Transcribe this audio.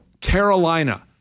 Carolina